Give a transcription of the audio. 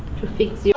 to fix yeah